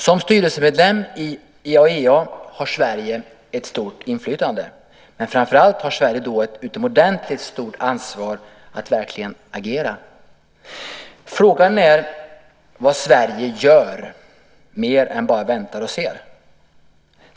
Som styrelsemedlem i IAEA har Sverige ett stort inflytande. Men framför allt har Sverige då ett utomordentligt stort ansvar att verkligen agera. Frågan är vad Sverige gör mer än att bara vänta och se.